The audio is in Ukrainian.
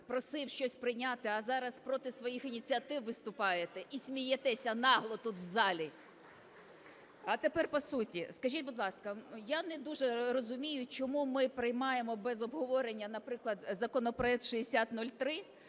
просив щось прийняти, а зараз проти своїх ініціатив виступаєте і смієтеся нагло тут в залі. А тепер по суті. Скажіть, будь ласка, я не дуже розумію, чому ми приймаємо без обговорення, наприклад, законопроект 6003,